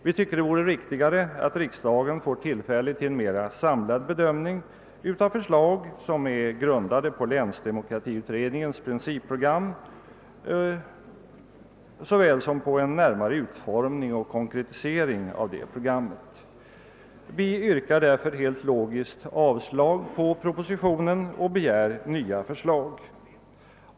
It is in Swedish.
Vi tycker det är riktigare att riksdagen får tillfälle till en mer samlad bedömning av förslag som är grundade på :länsdemokratiutredningens principprogram såväl som på en närmare utformning och konkretisering av detta program. Vi yrkar därför helt logiskt avslag på propositionen och begär nya förslag.